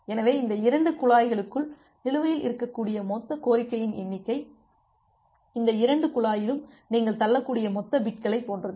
எனவே இந்த இரண்டு குழாய்க்குள் நிலுவையில் இருக்கக்கூடிய மொத்த கோரிக்கையின் எண்ணிக்கை இந்த இரண்டு குழாயிலும் நீங்கள் தள்ளக்கூடிய மொத்த பிட்களைப் போன்றது